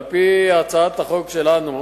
על-פי הצעת החוק שלנו,